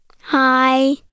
Hi